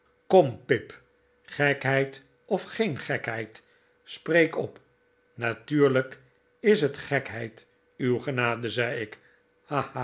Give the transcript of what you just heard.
kom pip gekheid of geen gekheid spreek op natuurlijk is het gekheid uw genade zei ik